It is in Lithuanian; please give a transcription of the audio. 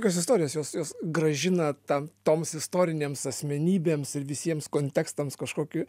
tokios istorijos jos grąžina tam toms istorinėms asmenybėms ir visiems kontekstams kažkokiu